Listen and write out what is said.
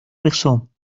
persoon